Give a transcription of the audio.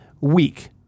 week